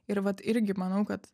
ir vat irgi manau kad